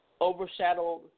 overshadowed